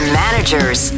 managers